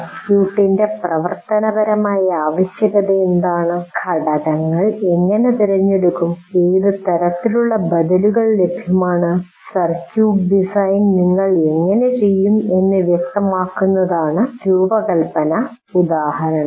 സർക്യൂട്ടി൯്റെ പ്രവർത്തനപരമായ ആവശ്യകത എന്താണ് ഘടകങ്ങൾ എങ്ങനെ തിരഞ്ഞെടുക്കും ഏത് തരത്തിലുള്ള ബദലുകൾ ലഭ്യമാണ് സർക്യൂട്ട് ഡിസൈൻ നിങ്ങൾ എങ്ങനെ ചെയ്യും എന്ന് വ്യക്തമാക്കുന്നതാണ് രൂപകൽപ്പന ഉദാഹരണം